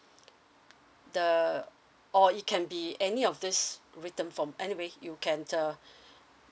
the or it can be any of this written form anyway you can uh